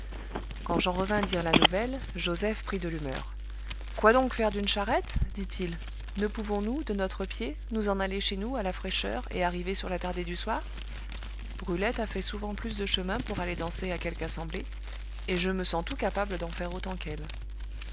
quand j'en revins dire la nouvelle joseph prit de l'humeur quoi donc faire d'une charrette dit-il ne pouvons-nous de notre pied nous en aller chez nous à la fraîcheur et arriver sur la tardée du soir brulette a fait souvent plus de chemin pour aller danser à quelque assemblée et je me sens tout capable d'en faire autant qu'elle